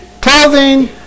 clothing